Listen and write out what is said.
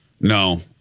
No